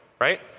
right